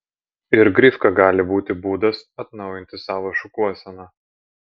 ir grifka gali būti būdas atnaujinti savo šukuoseną